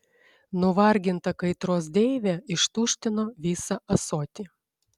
nuvarginta kaitros deivė ištuštino visą ąsotį